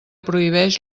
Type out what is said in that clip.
prohibeix